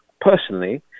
personally